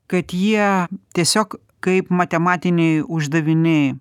kad jie tiesiog kaip matematiniai uždaviniai